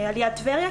על יד טבריה,